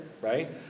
right